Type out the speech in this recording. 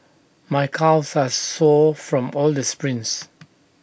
my calves are sore from all the sprints